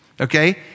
Okay